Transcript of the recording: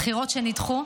בחירות שנדחו,